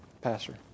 Pastor